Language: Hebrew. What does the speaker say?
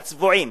הצבועים.